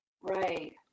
Right